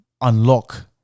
unlock